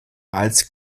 als